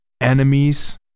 enemies